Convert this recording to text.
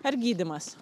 ar gydymas